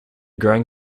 growing